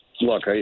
look